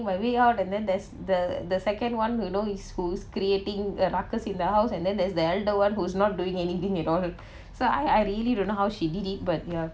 my way out and then there's the the second [one] who know his schools creating a ruckus in the house and then there's the elder [one] who's not doing anything at all so I I really don't know how she did it but ya